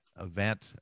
event